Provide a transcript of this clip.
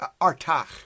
Artach